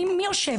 מי יושב?